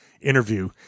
interview